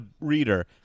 reader